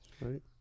right